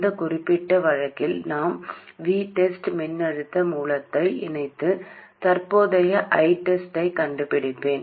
இந்த குறிப்பிட்ட வழக்கில் நான் VTEST மின்னழுத்த மூலத்தை இணைத்து தற்போதைய ITEST ஐக் கண்டுபிடிப்பேன்